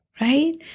right